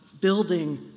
building